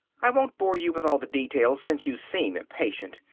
i won't bore you with all the details, since you seem impatient,